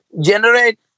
generate